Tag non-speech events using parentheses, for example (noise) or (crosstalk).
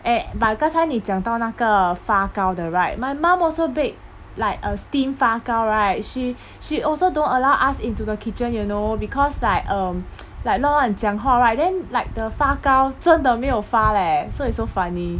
eh but 刚才你讲到那个发糕的 right my mum also bake like a steam 发糕 right she she also don't allow us into the kitchen you know because like um (noise) like 乱乱讲话 right then like the 发糕真的没有发 leh so it's so funny